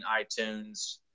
iTunes